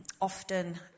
Often